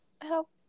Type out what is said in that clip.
help